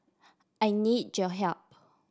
I need your help